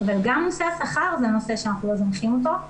אבל גם נושא השכר זה נושא שאנחנו לא זונחים אותו.